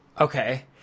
Okay